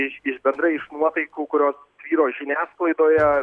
iš iš bendrai nuotaikų kurios tvyro žiniasklaidoje